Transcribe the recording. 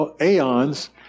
aeons